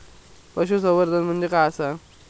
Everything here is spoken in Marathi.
पशुसंवर्धन म्हणजे काय आसा?